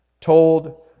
told